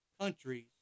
countries